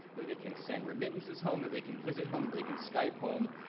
that they can send remittances home, that they can visit home, they can skype home.